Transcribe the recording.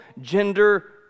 gender